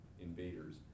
invaders